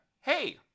Hey